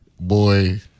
boy